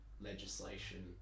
legislation